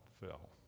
Fell